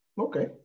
Okay